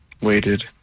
waited